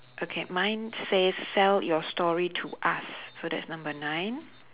okay mine says sell your story to us so that's number nine